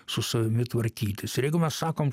su savimi tvarkytis ir jeigu mes sakom